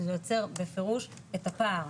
זה יוצר בפירוש את הפער.